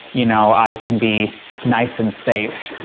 you know, i can be nice and safe.